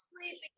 sleeping